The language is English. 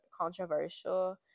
controversial